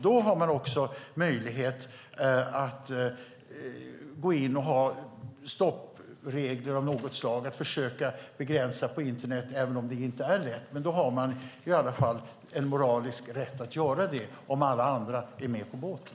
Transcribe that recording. Då har man också möjlighet att gå in och ha stoppregler av något slag och försöka att begränsa på internet, även om det inte är lätt. Man har i varje fall en moralisk rätt att göra det om alla andra är med på båten.